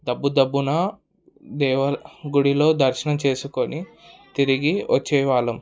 దబ్బు దబ్బున దేవా గుడిలో దర్శనం చేసుకొని తిరిగి వచ్చేవాళ్ళం